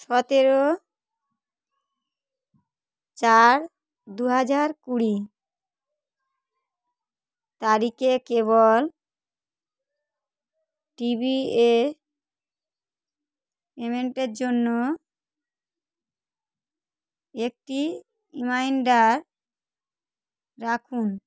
সতেরো চার দু হাজার কুড়ি তারিখে কেবল টিভি এ পেমেন্টের জন্য একটি ইমাইন্ডার রাখুন